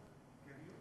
נאמר,